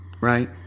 Right